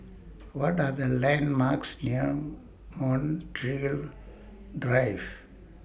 What Are The landmarks near Montreal Drive